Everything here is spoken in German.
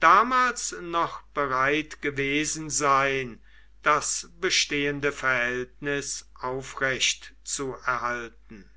damals noch bereit gewesen sein das bestehende verhältnis aufrechtzuerhalten